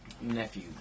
nephew